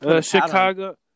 Chicago